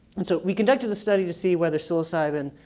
and so we conducted the study to see whether psilocybin,